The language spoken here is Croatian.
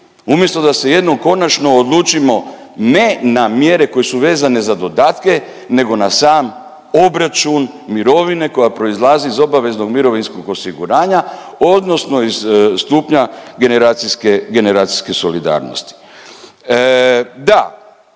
umjesto da se jednom konačno odlučimo ne na mjere koje su vezane za dodatke, nego na sam obračun mirovine koja proizlazi iz obaveznog mirovinskog osiguranja odnosno iz stupnja generacijske, generacijske solidarnosti. Da,